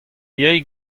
yay